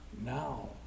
now